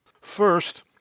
First